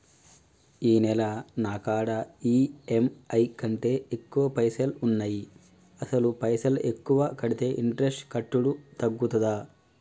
ఈ నెల నా కాడా ఈ.ఎమ్.ఐ కంటే ఎక్కువ పైసల్ ఉన్నాయి అసలు పైసల్ ఎక్కువ కడితే ఇంట్రెస్ట్ కట్టుడు తగ్గుతదా?